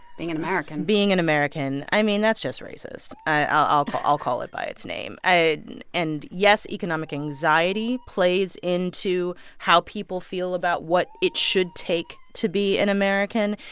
being an american. being an american, i mean, that's just racist. i'll call i'll call it by its name. and yes, economic anxiety plays into how people feel about what it should take to be an american.